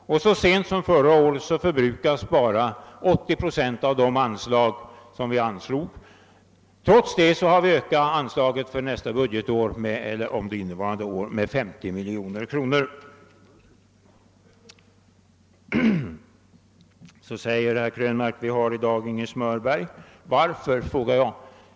Så sent som förra året förbrukades bara 80 procent av de medel som vi anslog. Trots detta har vi ökat innevarande års anslag med 50 miljoner kronor. Herr Krönmark sade vidare att vi i dag inte har något smörberg. Varför, frågar jag.